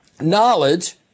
knowledge